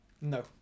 No